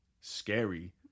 scary